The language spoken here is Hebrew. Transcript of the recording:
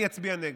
אני אצביע נגד.